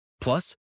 Plus